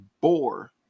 bore